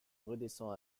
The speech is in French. redescend